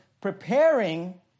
preparing